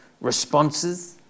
responses